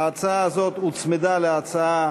ההצעה הזאת הוצמדה להצעה